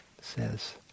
says